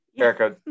Erica